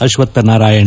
Ashwathnarayan